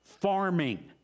farming